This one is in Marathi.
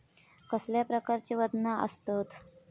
कसल्या प्रकारची वजना आसतत?